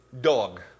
Dog